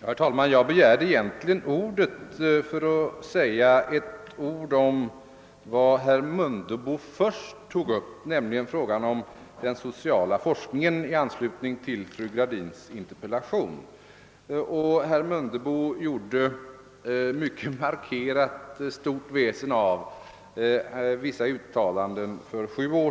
Herr talman! Jag begärde ordet för att säga några ord om den sak herr Mundebo först tog upp i anslutning till fru Gradins interpellation, nämligen frågan om den sociala forskningen. Herr Mundebo gjorde nu liksom förra året mycket stort väsen av vissa uttalanden som gjordes för sju år